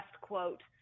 quote